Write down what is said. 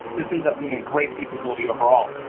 this ends up being a great capability overall.